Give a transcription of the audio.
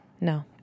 No